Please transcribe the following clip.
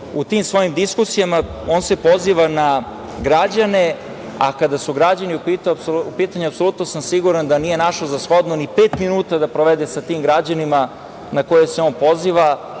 tim svojim diskusijama se poziva na građane, a kada su građani u pitanju apsolutno sam siguran da nije našao za shodno ni pet minuta da provede sa tim građanima na koje se on poziva,